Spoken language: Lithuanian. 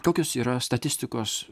kokios yra statistikos